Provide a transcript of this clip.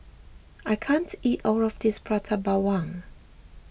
I can't eat all of this Prata Bawang